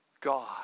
God